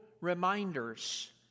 reminders